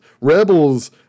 rebels